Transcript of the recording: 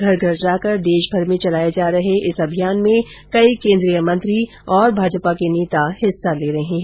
घर घर जाकर देशभर में चलाए जा रहे इस जनसंपर्क अभियान में कई केंद्रीय मंत्री और भाजपा के नेता हिस्सा ले रहे हैं